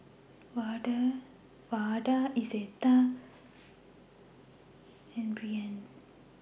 Vada Izetta and Brianne